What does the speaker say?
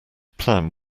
plan